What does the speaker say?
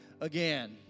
again